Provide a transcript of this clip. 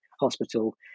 Hospital